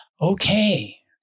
okay